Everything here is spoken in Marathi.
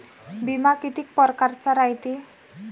बिमा कितीक परकारचा रायते?